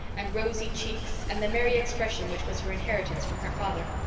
and rosy cheeks, and the merry expression which was her inheritance from her father.